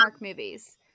movies